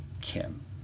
Kim